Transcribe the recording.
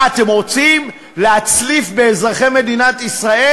מה, אתם רוצים להצליף באזרחי מדינת ישראל?